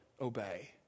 obey